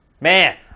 man